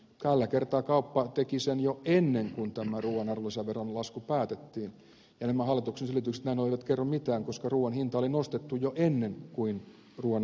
tällä kertaa kauppa teki sen jo ennen kuin tämä ruuan arvonlisäveron lasku päätettiin ja nämä hallituksen selitykset näin ollen eivät kerro mitään koska ruuan hinta oli nostettu jo ennen kuin ruuan arvonlisävero laskettiin